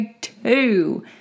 two